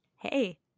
hey